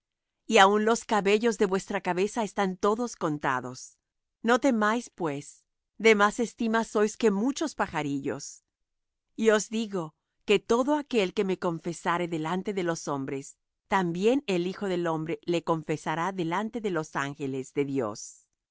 y aun los cabellos de vuestra cabeza están todos contados no temáis pues de más estima sois que muchos pajarillos y os digo que todo aquel que me confesare delante de los hombres también el hijo del hombre le confesará delante de los ángeles de dios